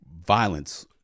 violence